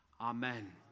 Amen